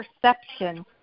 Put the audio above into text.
perception